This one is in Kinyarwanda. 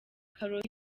karoti